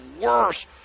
worse